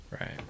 Right